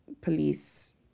police